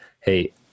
hey